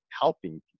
helping